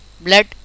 Blood